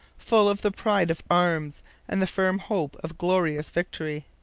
full of the pride of arms and the firm hope of glorious victory.